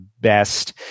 best